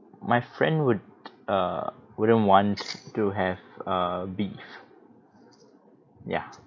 my friend would err wouldn't want to have err beef ya